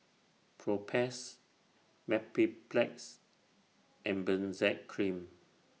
Propass Mepilex and Benzac Cream